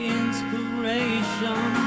inspiration